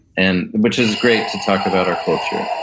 and, which is great to talk about our culture.